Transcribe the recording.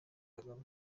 kagame